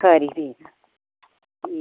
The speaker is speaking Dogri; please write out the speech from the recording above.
खरी भी